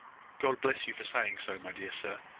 god bless you for saying so, my dear sir!